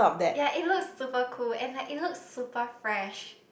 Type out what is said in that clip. ya it looks super cool and like it looks super fresh